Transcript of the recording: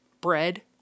bread